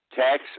tax